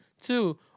Two